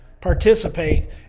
participate